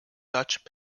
dutch